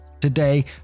Today